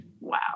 Wow